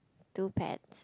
two pets